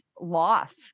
loss